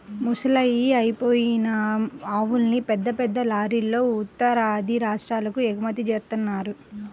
ముసలయ్యి అయిపోయిన ఆవుల్ని పెద్ద పెద్ద లారీలల్లో ఉత్తరాది రాష్ట్రాలకు ఎగుమతి జేత్తన్నారు